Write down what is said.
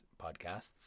podcasts